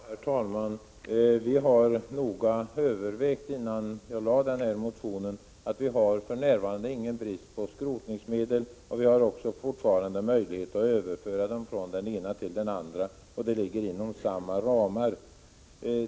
Herr talman! Vi har noga övervägt saken, innan motionen väcktes. Det är för närvarande ingen brist på skrotningsmedel, och det finns fortfarande möjligheter att överföra medel från den ena till den andra — de ligger inom samma ramar.